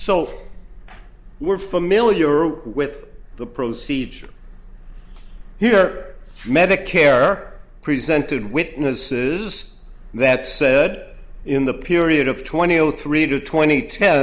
so we're familiar with the procedure here medicare presented witnesses that said in the period of twenty zero three to twenty t